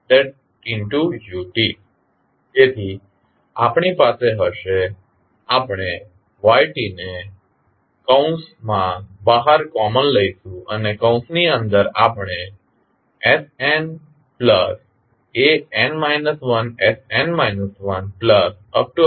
a1sa0ytbmsmbm 1sm 1b1sb0ut તેથી આપણી પાસે હશે આપણે yt ને કૌંસ માં બહાર કોમન લઇશું અને કૌંસની અંદર આપણી પાસે snan 1sn 1